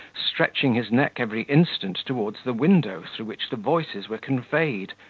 stretching his neck every instant towards the window through which the voices were conveyed,